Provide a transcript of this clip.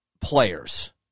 players